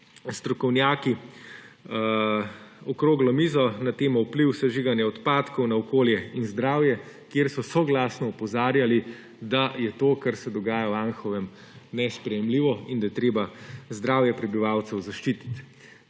strokovnjaki okroglo mizo na temo Vpliv sežiganja odpadkov na okolje in zdravje, kjer so soglasno opozarjali, da je to, kar se dogaja v Anhovem, nesprejemljivo in da je treba zdravje prebivalcev zaščititi.